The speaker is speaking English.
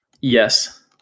Yes